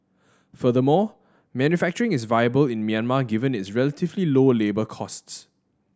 furthermore manufacturing is viable in Myanmar given its relatively low labour costs